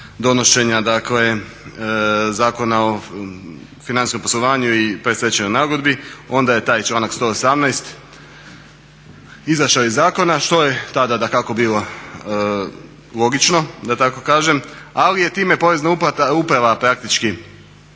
donošenja, dakle Zakona o financijskom poslovanju i predstečajnoj nagodbi. Onda je taj članak 118. izašao iz zakona što je tada dakako bilo logično da tako kažem, ali je time Porezna uprava praktički